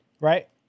Right